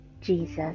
Jesus